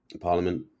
parliament